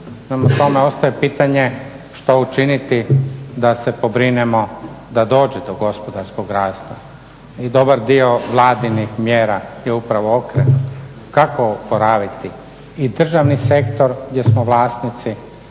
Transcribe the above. Prema tome ostaje pitanje što učiniti da se pobrinemo da dođe do gospodarskog rasta. I dobar dio vladinih mjera je upravo okrenut kako oporaviti i državni sektor gdje smo vlasnici,